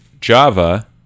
java